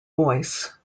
voice